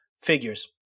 figures